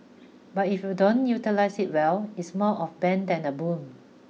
but if you don't utilise it well it's more of bane than a boon